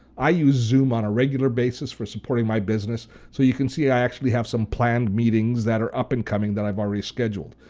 i use zoom on a regular basis for supporting my business so you can see i actually have some planned meetings that are up and coming that i've already scheduled,